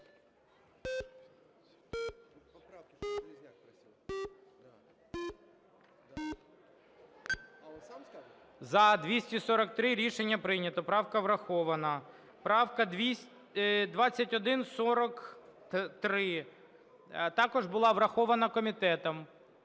За-243 Рішення прийнято. Правка врахована. Правка 2143 також була врахована комітетом.